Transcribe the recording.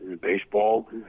Baseball